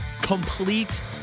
complete